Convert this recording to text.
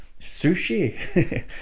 sushi